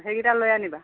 সেই কিটা লৈ আনিবা